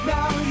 Now